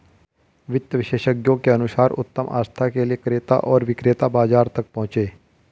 वित्त विशेषज्ञों के अनुसार उत्तम आस्था के लिए क्रेता और विक्रेता बाजार तक पहुंचे